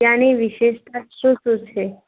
ત્યાંની વિશેષતા શું શું છે